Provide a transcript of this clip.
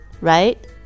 right